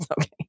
okay